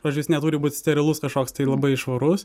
pavyzdžiui jis neturi būti sterilus kažkoks tai labai švarus